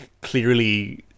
clearly